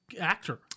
actor